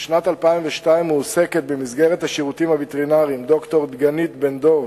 משנת 2002 מועסקת במסגרת השירותים הווטרינריים ד"ר דגנית בן-דב